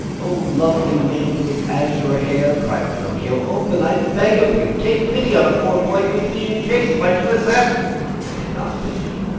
oh, lovely maiden with azure hair, cried pinocchio, open, i beg of you. take pity on a poor boy who is being chased by two assass he did not finish,